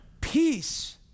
Peace